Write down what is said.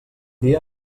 dia